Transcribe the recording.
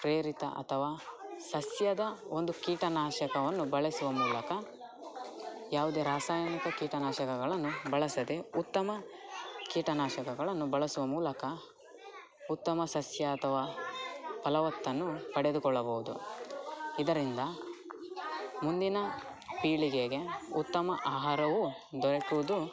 ಪ್ರೇರಿತ ಅಥವಾ ಸಸ್ಯದ ಒಂದು ಕೀಟನಾಶಕವನ್ನು ಬಳಸುವ ಮೂಲಕ ಯಾವ್ದೇ ರಾಸಾಯನಿಕ ಕೀಟ ನಾಶಕಗಳನ್ನು ಬಳಸದೆ ಉತ್ತಮ ಕೀಟನಾಶಕಗಳನ್ನು ಬಳಸುವ ಮೂಲಕ ಉತ್ತಮ ಸಸ್ಯ ಅಥವಾ ಫಲವತ್ತನ್ನು ಪಡೆದುಕೊಳ್ಳಬೌದು ಇದರಿಂದ ಮುಂದಿನ ಪೀಳಿಗೆಗೆ ಉತ್ತಮ ಆಹಾರವು ದೊರಕುವುದು